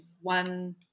one